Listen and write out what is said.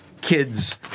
kids